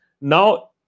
Now